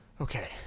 Okay